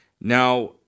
Now